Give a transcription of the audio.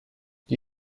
die